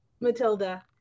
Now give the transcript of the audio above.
Matilda